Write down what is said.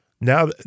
Now